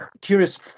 curious